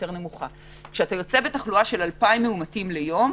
כשאתה יוצא בתחלואה של אלפיים מאומתים ליום,